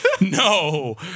no